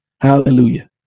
Hallelujah